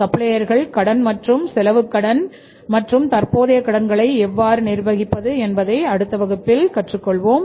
சப்ளையர்கள் கடன் மற்றும் செலவுக் கடன் மற்றும் தற்போதைய கடன்களை எவ்வாறு நிர்வகிப்பது என்பதை அடுத்த வகுப்பில் கற்றுக் கொள்வோம்